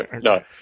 no